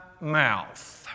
mouth